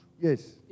Yes